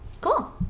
cool